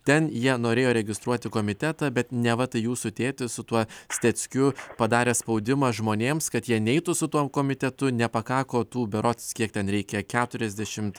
ten jie norėjo registruoti komitetą bet neva tai jūsų tėtis su tuo steckiu padarė spaudimą žmonėms kad jie neitų su tuo komitetu nepakako tų berods kiek ten reikia keturiasdešimt